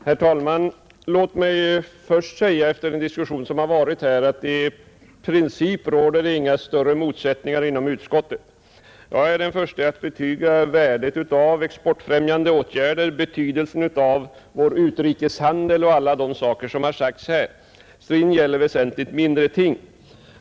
Herr talman! Låt mig först säga, efter den diskussion som förts här, att i princip råder det inga större motsättningar inom utskottet. Jag är den förste att betyga värdet av exportfrämjande åtgärder, betydelsen av vår utrikeshandel och alla de saker som har framhållits här. Striden gäller väsentligt mindre ting.